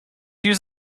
use